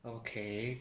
okay